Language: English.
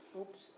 Oops